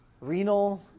Renal